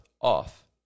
off